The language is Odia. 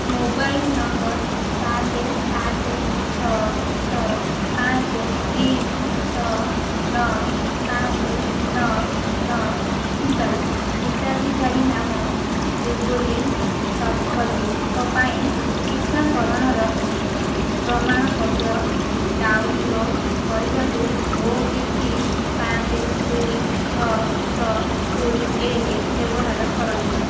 ମୋବାଇଲ୍ ନମ୍ବର୍ ସାତେ ଆଠେ ଛଅ ଛଅ ପାଞ୍ଚେ ତିନି ଛଅ ନଅ ପାଞ୍ଚେ ନଅ ନଅ ଥିବା ହିତାଧିକାରୀ ନାମ ଜୁବ୍ଲି ଶତପଥୀଙ୍କ ପାଇଁ ଟିକାକରଣର ପ୍ରମାଣପତ୍ର ଡାଉନ୍ଲୋଡ଼୍ କରିବାକୁ ଓ ଟି ପି ପାଞ୍ଚେ ଦୁଇ ଛଅ ଛଅ ଶୂନ ଏକେ ବ୍ୟବହାର କରନ୍ତୁ